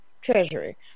Treasury